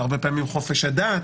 הרבה פעמים חופש הדת.